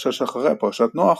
והפרשה שאחריה, פרשת נח,